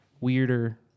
weirder